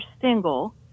single